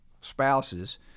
spouses